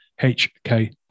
HK